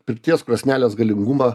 pirties krosnelės galingumą